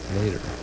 later